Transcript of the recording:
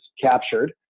captured